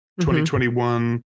2021